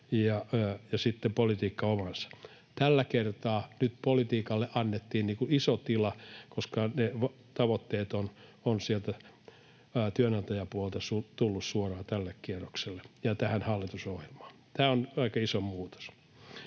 ja sitten politiikka omansa. Tällä kertaa nyt politiikalle annettiin iso tila, koska ne tavoitteet ovat sieltä työnantajapuolelta tulleet suoraan tälle kierrokselle ja tähän hallitusohjelmaan. Tämä on aika iso muutos.